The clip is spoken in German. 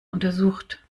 untersucht